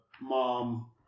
mom